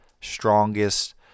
strongest